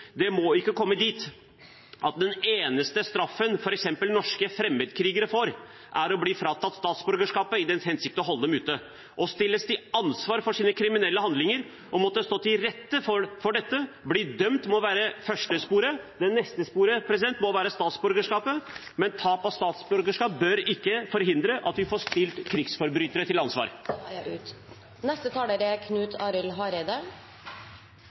Det må ikke komme dit at den eneste straffen f.eks. norske fremmedkrigere får, er å bli fratatt statsborgerskapet i den hensikt å holde dem ute. Å stilles til ansvar for sine kriminelle handlinger, å måtte stå til rette for dette, bli dømt, må være det første sporet. Det neste sporet må være statsborgerskapet, men tap av statsborgerskap bør ikke forhindre at vi får stilt krigsforbrytere til ansvar. Eg våger å påstå at alle i denne salen er